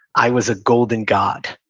i was a golden god.